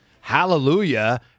Hallelujah